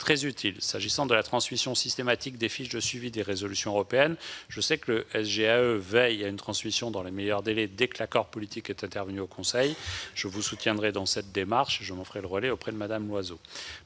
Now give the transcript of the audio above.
très utile. S'agissant de la transmission systématique des fiches de suivi des résolutions européennes, je sais que le SGAE veille à une diffusion dans les meilleurs délais, dès que l'accord politique est intervenu au Conseil. Je vous soutiendrai dans cette démarche et je m'en ferai le relais auprès de Mme Nathalie